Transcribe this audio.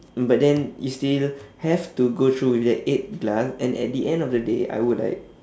but then you still have to go through that eight glass and at the end of the day I would like